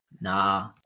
Nah